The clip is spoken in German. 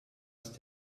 ist